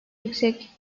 yüksek